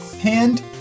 hand